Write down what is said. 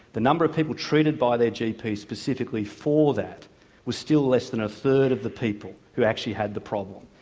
the number of people treated by their gps specifically for that were still less than a third of the people who actually had the problem.